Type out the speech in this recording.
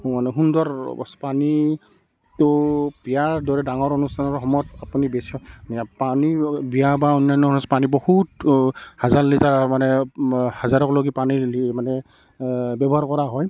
মানে সুন্দৰ পানীটো বিয়াৰ দৰে ডাঙৰ অনুষ্ঠানৰ সময়ত আপুনি বেছি পানী বিয়া বা অন্যান্য পানী বহুত হাজাৰ লিটাৰ মানে হাজাৰলৈকে পানী মানে ব্যৱহাৰ কৰা হয়